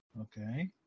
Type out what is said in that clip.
Okay